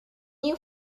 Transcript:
you